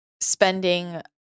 spending